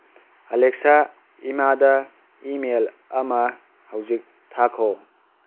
Alexa ꯏꯃꯥꯗ email ꯑꯃ ꯍꯧꯖꯤꯛ ꯊꯥꯈꯣ